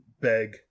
beg